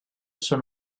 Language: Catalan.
són